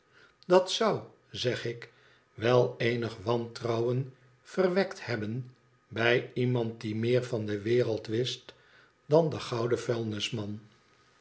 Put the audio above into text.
dat zou zeg ik weleenig wantrouwen verwekt hebben bij iemand die meer van de wereld wist dan de gouden vuilnisman